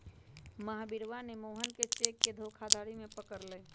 महावीरवा ने मोहन के चेक के धोखाधड़ी में पकड़ लय